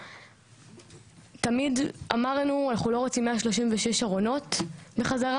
תמיד אמרנו שאנחנו לא רוצים 136 ארונות בחזרה